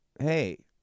Hey